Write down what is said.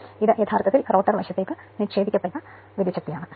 ഇത് യഥാർത്ഥത്തിൽ റോട്ടർ വശത്തേക്ക് നിക്ഷേപിക്കപ്പെട്ട വിദ്യുച്ഛക്തി ആണ്